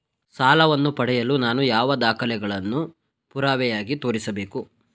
ಸಾಲವನ್ನು ಪಡೆಯಲು ನಾನು ಯಾವ ದಾಖಲೆಗಳನ್ನು ಪುರಾವೆಯಾಗಿ ತೋರಿಸಬೇಕು?